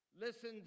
listen